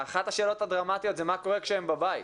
אחת השאלות הדרמטיות היא מה קורה כשהם בבית.